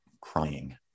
crying